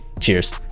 cheers